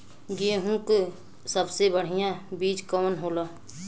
गेहूँक सबसे बढ़िया बिज कवन होला?